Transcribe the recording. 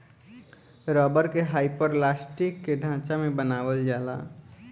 rubber के hyperelastic के ढांचा में बनावल जाला